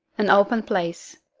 an open place.